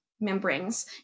membranes